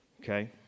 Okay